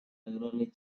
regularly